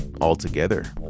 altogether